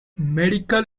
medical